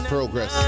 Progress